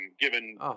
given